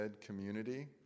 community